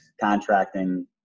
contracting